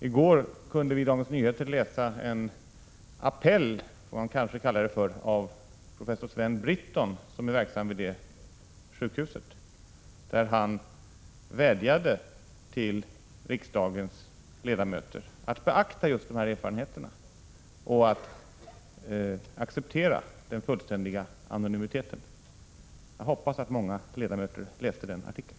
I går kunde vi i Dagens Nyheter läsa en apell, som man kanske får kalla det, av professor Sven Britton, som är verksam vid detta sjukhus. Han vädjade till riksdagens ledamöter att beakta just dessa erfarenheter och att acceptera den fullständiga anonymiteten. Jag hoppas att många ledamöter läste den artikeln.